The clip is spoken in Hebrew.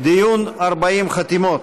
"דיון 40 חתימות"